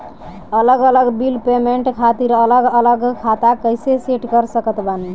अलग अलग bill payment खातिर अलग अलग खाता कइसे सेट कर सकत बानी?